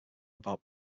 about